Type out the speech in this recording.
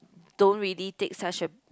don't really take such a